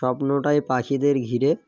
স্বপ্নটাই পাখিদের ঘিরে